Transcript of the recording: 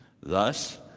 Thus